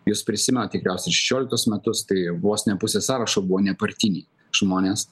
jūs prisimenat tikriausiai šešioliktus metus tai vos ne pusė sąrašo buvo nepartiniai žmonės